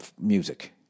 music